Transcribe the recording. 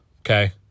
Okay